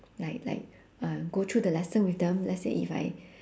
like like uh go through the lesson with them let's say if I